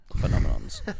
phenomenons